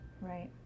Right